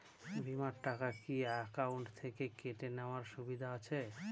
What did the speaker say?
বিমার টাকা কি অ্যাকাউন্ট থেকে কেটে নেওয়ার সুবিধা আছে?